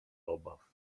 obaw